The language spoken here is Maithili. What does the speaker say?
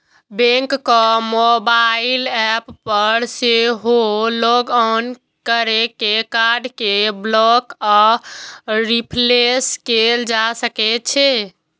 बैंकक मोबाइल एप पर सेहो लॉग इन कैर के कार्ड कें ब्लॉक आ रिप्लेस कैल जा सकै छै